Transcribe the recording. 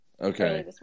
Okay